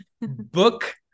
book